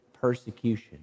persecution